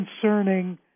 concerning